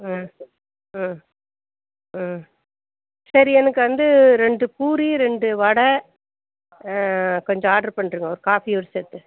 ம் ம் ம் சரி எனக்கு வந்து ரெண்டு பூரி ரெண்டு வடை கொஞ்சம் ஆட்ரு பண்ணிருங்க ஒரு காஃபி ஒரு செட்டு